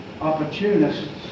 opportunists